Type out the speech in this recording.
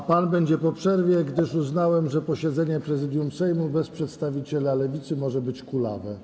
A pan będzie po przerwie, gdyż uznałem, że posiedzenie Prezydium Sejmu bez przedstawiciela Lewicy może być kulawe.